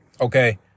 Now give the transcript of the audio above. okay